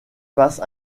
passe